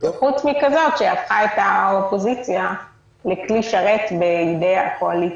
חוץ מכזאת שהפכה את האופוזיציה לכלי שרת בידי הקואליציה,